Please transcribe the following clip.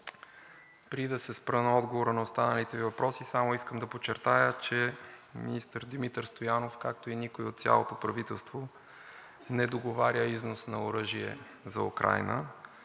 Преди да се спра на отговора на останалите Ви въпроси, само искам да подчертая, че нито министър Димитър Стоянов, както и никой от цялото правителство не договаря износ на оръжие за Украйна.